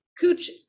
Cooch